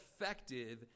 effective